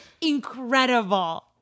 incredible